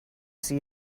see